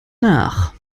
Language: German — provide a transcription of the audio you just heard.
nach